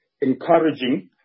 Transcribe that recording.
encouraging